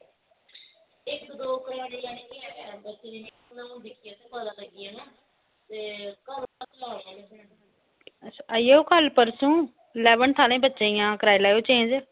आई जाएओ कल परसों इलैबन्थ आहले बच्चे दी कराई लेओ चेंज